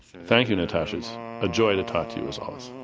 thank you natasha it's a joy to talk to you as always.